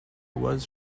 was